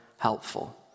helpful